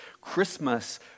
Christmas